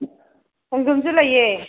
ꯈꯣꯡꯗ꯭ꯔꯨꯝꯁꯨ ꯂꯩꯌꯦ